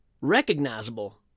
recognizable